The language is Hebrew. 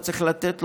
אתה צריך לתת לו,